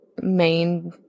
main